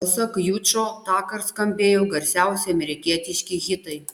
pasak jučo tąkart skambėjo garsiausi amerikietiški hitai